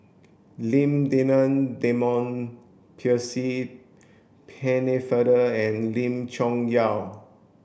Lim Denan Denon Percy Pennefather and Lim Chong Yah